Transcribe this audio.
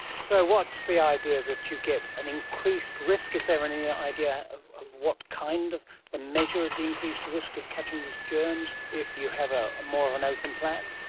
so what's the idea, that you get an increased risk, is there any ah idea of of what kind of measure of the increased risk of catching these germs if you have ah more of an open plan?